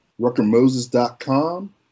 Ruckermoses.com